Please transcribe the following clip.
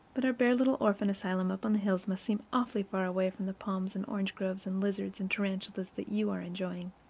but our bare little orphan asylum up in the hills must seem awfully far away from the palms and orange groves and lizards and tarantulas that you are enjoying.